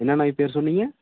என்னென்னா ஐப்பியர் சொன்னிங்கள்